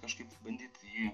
kažkaip bandyt jį